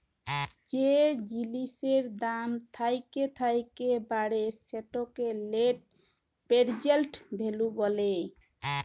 যে জিলিসের দাম থ্যাকে থ্যাকে বাড়ে সেটকে লেট্ পেরজেল্ট ভ্যালু ব্যলে